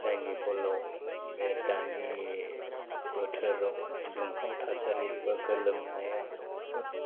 जायनि फलाव बे दानि बोथोराव दुंहाव थासारि एबा गोलोमनाया